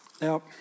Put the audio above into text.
Now